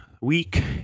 week